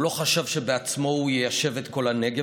הוא לא חשב שבעצמו הוא יישב את כל הנגב,